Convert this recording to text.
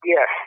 Yes